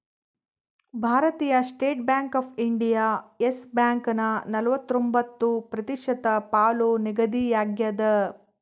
ಭಾರತೀಯ state bank of India Yes ಬ್ಯಾಂಕನ ನಲವತ್ರೊಂಬತ್ತು ಪ್ರತಿಶತ ಪಾಲು ನಿಗದಿಯಾಗ್ಯದ